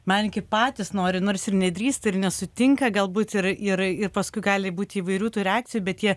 menininkai patys nori nors ir nedrįsta ir nesutinka galbūt ir ir ir paskui gali būti įvairių tų reakcijų bet jie